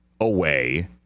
away